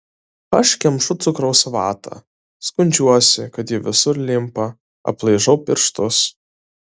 aš kemšu cukraus vatą skundžiuosi kad ji visur limpa aplaižau pirštus